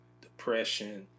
depression